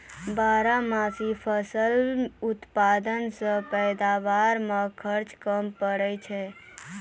बारहमासी फसल उत्पादन से पैदावार मे खर्च कम पड़ै छै